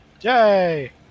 Yay